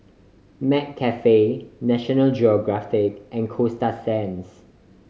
McCafe National Geographic and Coasta Sands